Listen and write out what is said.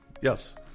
yes